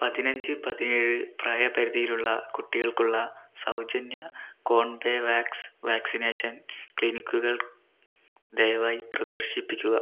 പതിനഞ്ച് പതിനേഴ് പ്രായപരിധിയിലുള്ള കുട്ടികൾക്കുള്ള സൗജന്യ കോൺബെവാക്സ് വാക്സിനേഷൻ ക്ലിനിക്കുകൾ ദയവായി പ്രദർശിപ്പിക്കുക